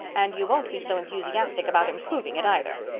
and you won't be so enthusiastic about improving it either.